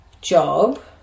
job